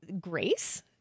grace